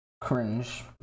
Cringe